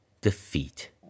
defeat